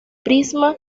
prisma